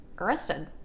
arrested